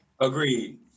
Agreed